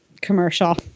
commercial